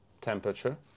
temperature